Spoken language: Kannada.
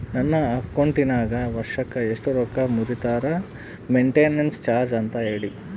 ನನ್ನ ಅಕೌಂಟಿನಾಗ ವರ್ಷಕ್ಕ ಎಷ್ಟು ರೊಕ್ಕ ಮುರಿತಾರ ಮೆಂಟೇನೆನ್ಸ್ ಚಾರ್ಜ್ ಅಂತ ಹೇಳಿ?